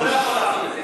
הוא לא יכול לעשות את זה.